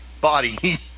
body